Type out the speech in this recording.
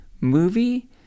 movie